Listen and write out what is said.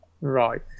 Right